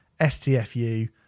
STFU